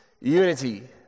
unity